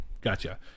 gotcha